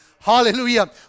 Hallelujah